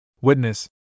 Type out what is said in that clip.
Witness